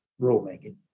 rulemaking